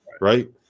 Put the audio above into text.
right